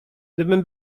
gdym